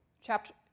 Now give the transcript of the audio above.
chapter